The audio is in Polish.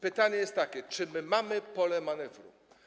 Pytanie jest takie: Czy my mamy pole manewru?